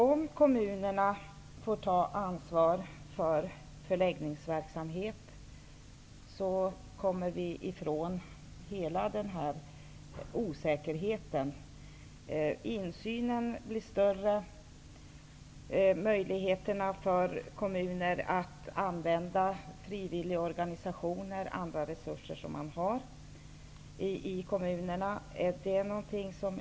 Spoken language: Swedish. Om kommunerna får ta ansvar för förlägg ningsverksamhet, kommer vi ifrån hela den nuva rande osäkerheten, insynen blir större och möjlig heterna finns att använda frivilligorganisationer och andra resurser som man har i kommunerna.